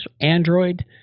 Android